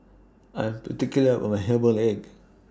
I'm particular about My Herbal Egg